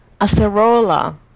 acerola